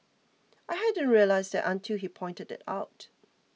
I hadn't realised that until he pointed it out